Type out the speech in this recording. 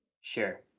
Sure